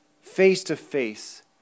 face-to-face